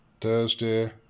Thursday